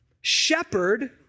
shepherd